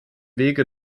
wege